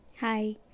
Hi